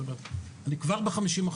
זאת אומרת, אני כבר ב-50%.